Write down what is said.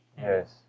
Yes